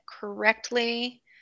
correctly